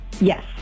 Yes